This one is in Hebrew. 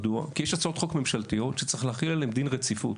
משום שיש החלטות ממשלתיות שצריך להחיל עליהן דין רציפות,